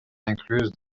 incluse